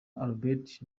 adalbert